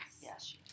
Yes